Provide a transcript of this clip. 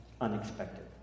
unexpected